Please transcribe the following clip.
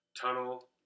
tunnel